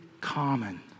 common